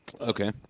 Okay